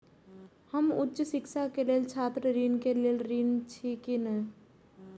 हम उच्च शिक्षा के लेल छात्र ऋण के लेल ऋण छी की ने?